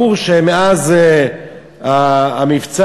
ברור שמאז מבצע